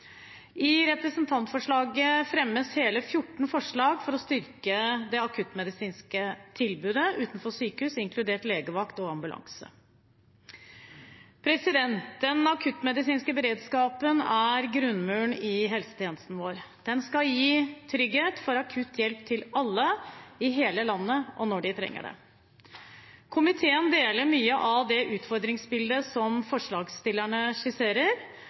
I representantforslaget fremmes hele 14 forslag for å styrke det akuttmedisinske tilbudet utenfor sykehus, inkludert legevakt og ambulanse. Den akuttmedisinske beredskapen er grunnmuren i helsetjenesten vår. Den skal gi trygghet for akutt hjelp til alle – i hele landet og når de trenger det. Komiteen deler mye av det utfordringsbildet som forslagsstillerne skisserer,